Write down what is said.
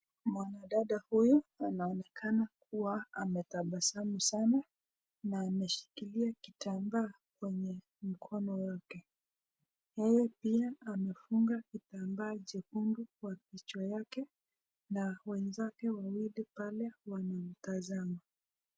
Mwanadada huyu anaonekana kuwa ametabasamu sana na ameshikilia kitambaa kwenye mkono wake yeye pia amefunga kitambaa nyekundu kwa kichwa chake na wenzake wawili pale wanamtazama.